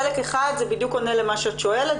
חלק אחד בדיוק עונה למה שאת שואלת,